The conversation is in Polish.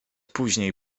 później